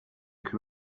can